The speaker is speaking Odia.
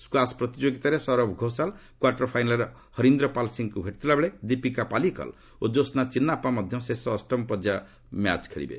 ସ୍କ୍ୱାସ୍ ପ୍ରତିଯୋଗିତାରେ ସୌରଭ ଘୋଷାଲ କ୍ୱାଟରଫାଇନାଲ୍ରେ ହରିନ୍ଦ୍ରପାଲ୍ ସିଂହଙ୍କୁ ଭେଟୁଥିଲା ବେଳେ ଦୀପିକା ପାଲିକଲ୍ ଓ ଜୋସ୍ନା ଚିନ୍ନାପା ମଧ୍ୟ ଶେଷ ଅଷ୍ଟମ ପର୍ଯ୍ୟାୟ ମ୍ୟାଚ୍ ଖେଳିବେ